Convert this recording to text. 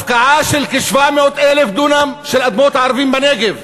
הפקעה של כ-700,000 דונם של אדמות ערבים בנגב,